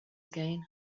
again